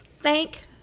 Thank